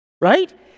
Right